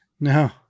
No